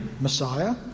Messiah